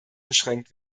beschränkt